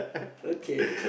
okay